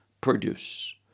produce